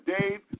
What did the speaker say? Dave